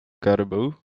caribou